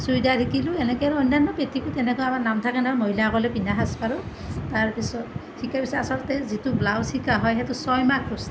চুৰিদাৰ শিকিলোঁ এনেকৈ আৰু অন্যান্য পেটিকোট এনেকুৱা নাম থাকে নহয় মহিলাসকলে পিন্ধা সাজ পাৰৰ তাৰপিছত শিকাৰ পিছত আচলতে যিটো ব্লাউজ শিকা হয় সেইটো ছয় মাহ কৰ্চটো